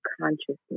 consciousness